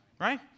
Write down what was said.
Right